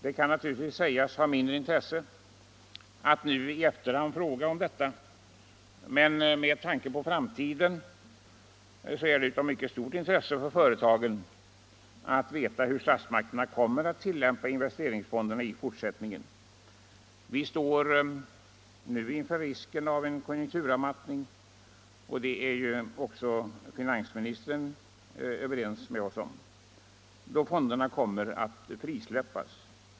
Det kan naturligtvis sägas ha mindre intresse att nu i efterhand fråga om detta, men med tanke på framtiden är det av mycket stort intresse för företagen att veta hur statsmakterna kommer att tillämpa investeringsfonderna i fortsättningen. Vi står nu inför risken av en konjunkturavmattning — det är också finansministern överens med oss om - då fonderna kommer att frisläppas.